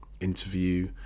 interview